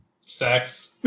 Sex